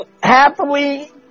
happily